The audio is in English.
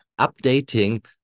updating